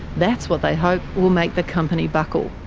that's what they hope will make the company buckle.